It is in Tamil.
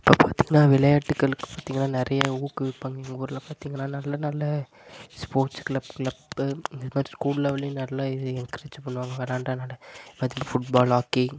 இப்போ பார்த்தீங்கன்னா விளையாட்டுக்களுக்கு பார்த்தீங்கன்னா நிறைய ஊக்குவிப்பாங்க எங்கள் ஊரில் பார்த்தீங்கன்னா நல்ல நல்ல ஸ்போர்ட்ஸ் கிளப் கிளப்பு இது மாதிரி ஸ்கூல் லெவல்லேயும் நல்லா இது என்கரேஜ் பண்ணுவாங்க விளையாண்டதுனால அது ஃபுட் பால் ஹாக்கி